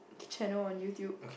channel on YouTube